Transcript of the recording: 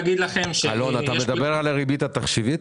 אתה מדבר על הריבית התחשיבית?